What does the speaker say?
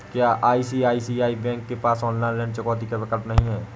क्या ICICI bank के पास ऑनलाइन ऋण चुकौती का विकल्प नहीं है?